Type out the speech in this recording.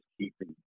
keeping